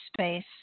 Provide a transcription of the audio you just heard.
space